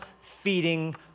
feeding